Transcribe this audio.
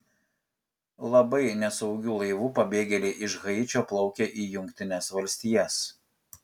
labai nesaugiu laivu pabėgėliai iš haičio plaukia į jungtines valstijas